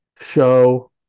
show